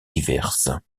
diverses